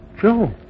Joe